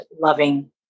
loving